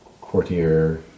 courtier